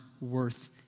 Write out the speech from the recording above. worth